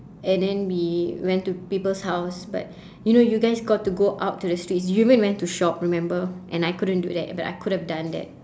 and then we went to people's house but you know you guys got to go out to the streets you even went to shop remember and I couldn't do that but I could've done that